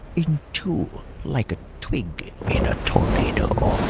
in two like a twig in a tornado.